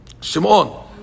Shimon